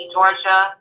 Georgia